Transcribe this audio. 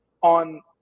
on